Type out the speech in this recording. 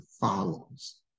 follows